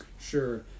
Sure